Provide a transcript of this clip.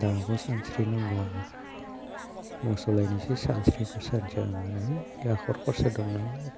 दाबो सानस्रि नांगौ आंहा मोसौ लायनोसै सानस्रिनोसै हाखर खरसा दं नालाय